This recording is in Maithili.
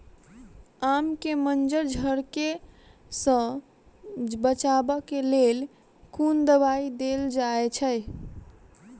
आम केँ मंजर झरके सऽ बचाब केँ लेल केँ कुन दवाई देल जाएँ छैय?